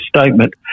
statement